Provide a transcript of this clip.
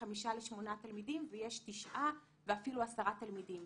חמישה לשמונה תלמידים ויש תשעה ואפילו עשרה תלמידים.